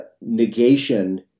Negation